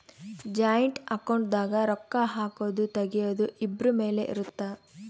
joint account ದಾಗ ರೊಕ್ಕ ಹಾಕೊದು ತೆಗಿಯೊದು ಇಬ್ರು ಮೇಲೆ ಇರುತ್ತ